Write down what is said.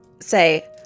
say